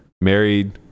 married